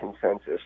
consensus